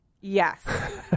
Yes